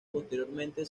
posteriormente